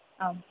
आम्